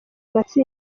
matsinda